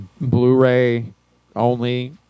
Blu-ray-only